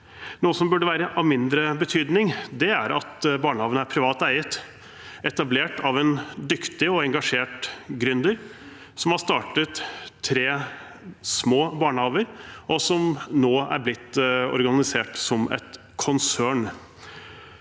Noe som burde være av mindre betydning, er at barnehagen er privat eid, etablert av en dyktig og engasjert gründer som har startet tre små barnehager, som nå er blitt organisert som et konsern.